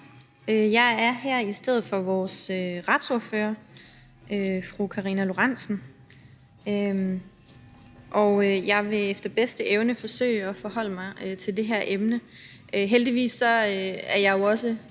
Jeg er her i stedet for vores retsordfører, fru Karina Lorentzen Dehnhardt, og jeg vil efter bedste evne forsøge at forholde mig til det her emne. Heldigvis er jeg jo også